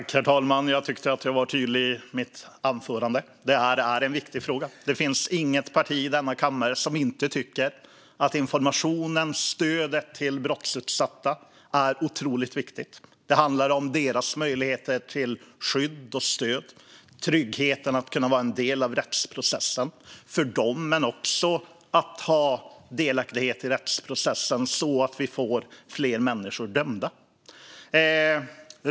Herr talman! Jag tyckte att jag var tydlig i mitt anförande. Det här är en viktig fråga. Det finns inget parti i denna kammare som inte tycker att frågan om information och stöd till brottsutsatta är otroligt viktig. Det handlar om deras möjligheter till skydd och stöd, om tryggheten för dem i att kunna vara en del av rättsprocessen men också om att ha delaktighet i rättsprocessen så att vi får fler människor dömda.